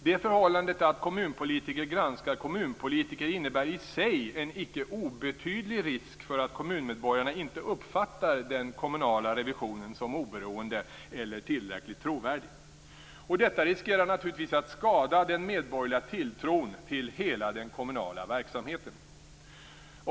Det förhållandet att kommunpolitiker granskar kommunpolitiker innebär i sig en icke obetydlig risk för att kommunmedborgarna inte uppfattar den kommunala revisionen som oberoende eller tillräckligt trovärdig. Och detta riskerar naturligtvis att skada den medborgerliga tilltron till hela den kommunala verksamheten.